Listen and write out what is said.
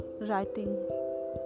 writing